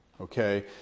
Okay